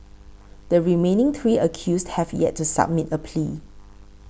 the remaining three accused have yet to submit a plea